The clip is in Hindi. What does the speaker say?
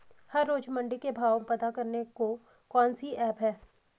हर रोज़ मंडी के भाव पता करने को कौन सी ऐप है?